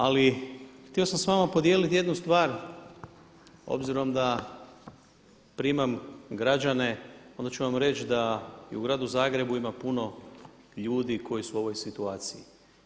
Ali, htio sam s vama podijeliti jednu stvar, obzirom da primam građane, onda ću vam reći da i u gradu Zagrebu ima puno ljudi koji su u ovoj situaciji.